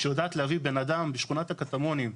שיודעת להביא בן אדם בשכנות הקטמונים,